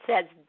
says